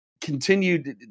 continued